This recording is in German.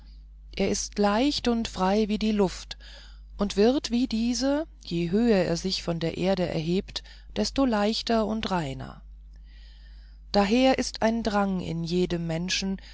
er ist leicht und frei wie die luft und wird wie diese je höher er sich von der erde hebt desto leichter und reiner daher ist ein drang in jedem menschen